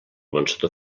vencedor